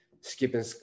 skipping